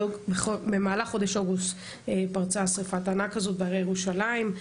במהלך חודש אוגוסט פרצה שריפת הענק הזו בהרי ירושלים.